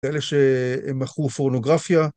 אלה שהם מכרו פורנוגרפיה.